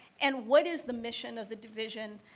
and what is the mission of the division?